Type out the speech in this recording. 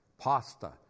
Pasta